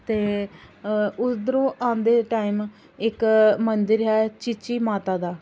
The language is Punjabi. ਅਤੇ ਉੱਧਰੋਂ ਆਉਂਦੇ ਟਾਈਮ ਇੱਕ ਮੰਦਰ ਹੈ ਚੀਚੀ ਮਾਤਾ ਦਾ